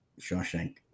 Shawshank